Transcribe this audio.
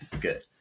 Good